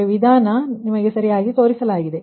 ಆದ್ದರಿಂದ ಇದೀಗ ನಿಮಗೆ ಎಲ್ಲವೂ ಅರ್ಥವಾಗುತ್ತದೆ